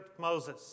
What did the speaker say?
Moses